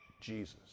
Jesus